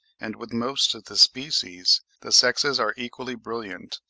and with most of the species the sexes are equally brilliant,